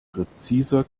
präziser